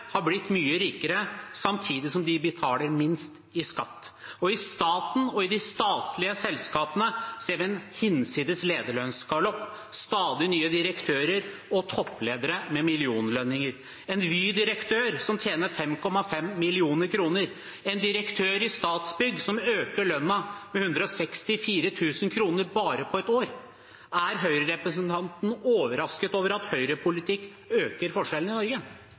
har blitt mye rikere, samtidig som de betaler minst i skatt. Og i staten og i de statlige selskapene ser vi en hinsides lederlønnsgalopp – stadig nye direktører og toppledere med millionlønninger, en Vy-direktør som tjener 5,5 mill. kr, en direktør i Statsbygg som øker lønnen med 164 000 kr bare på ett år. Er Høyre-representanten overrasket over at høyrepolitikk øker forskjellene i Norge?